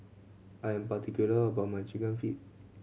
I am particular about my Chicken Feet